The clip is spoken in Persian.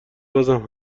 بازم